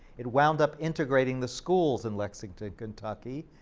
it wound up integrating the schools in lexington, kentucky.